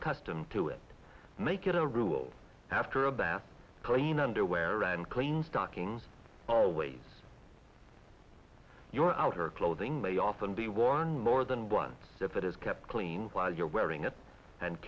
accustomed to it make it a rule after a bath clean underwear and clean stockings always your outer clothing may often be worn more than one if it is kept clean while you're wearing it and